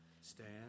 stand